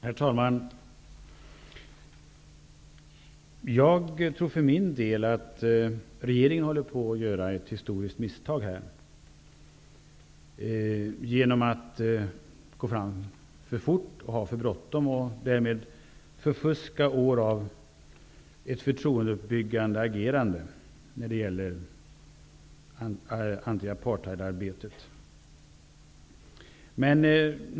Herr talman! Jag tror att regeringen, genom att gå fram för fort och ha för bråttom, håller på att göra ett historiskt misstag. På detta vis förfuskar man år av förtroendeuppbyggande agerande när det gäller anti-apartheidarbetet.